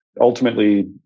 ultimately